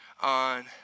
on